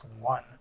one